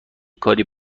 کاری